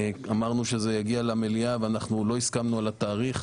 אמרנו שזה יגיע למליאה ואנחנו לא הסכמנו על התאריך.